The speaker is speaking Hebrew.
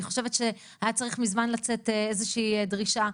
אני חושבת שהיה צריך מזמן לצאת באיזושהי דרישה,